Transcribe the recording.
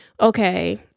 okay